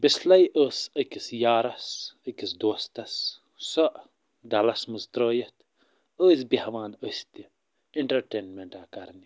بِسلَے ٲس أکِس یارس أکِس دوستَس سۄ ڈَلَس منٛز تٔرٲیِتھ ٲسۍ بیٚہوان أسۍ تہِ اِنٹَرٹینٛمٮ۪نٛٹاہ کرنہِ